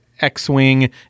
X-Wing